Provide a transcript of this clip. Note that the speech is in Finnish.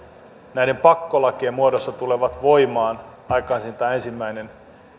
näiden pakkolakien muodossa tulevat voimaan aikaisintaan ensimmäinen